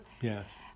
Yes